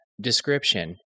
Description